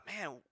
man